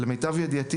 למיטב ידיעתי,